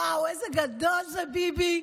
וואו, איזה גדול זה, ביבי.